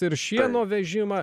ir šieno vežimą